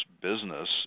business